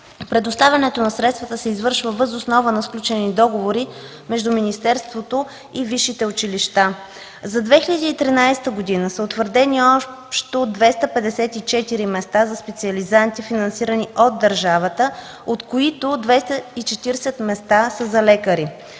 Предоставянето на средствата се извършва въз основа на сключени договори между министерството и висшите училища. За 2013 г. са утвърдени общо 254 места за специализанти, финансирани от държавата, от които 240 места са за лекари.